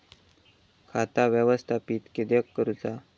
खाता व्यवस्थापित किद्यक करुचा?